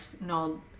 no